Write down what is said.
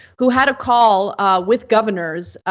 who had a call with governors,